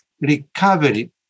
recovery